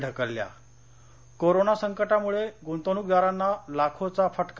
ढकलल्या कोरोना संकटामुळे गुंतवणुकदारांना लाखोचा फटका